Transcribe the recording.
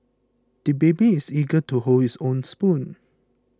the baby is eager to hold his own spoon